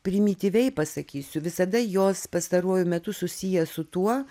primityviai pasakysiu visada jos pastaruoju metu susiję su tuo